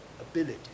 ability